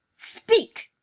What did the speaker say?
speak.